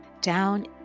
down